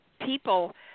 people